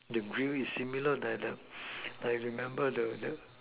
the grill is similar like the I remember the the